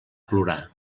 plorar